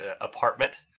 apartment